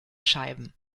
scheiben